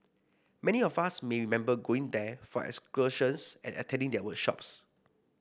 many of us may remember going there for excursions and attending their workshops